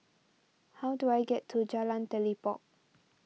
how do I get to Jalan Telipok